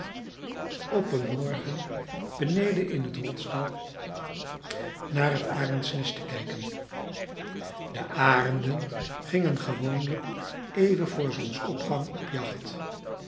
op een morgen beneden in het rotsdal naar het arendsnest te kijken de arenden gingen gewoonlijk even voor zonsopgang op jacht